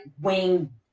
wing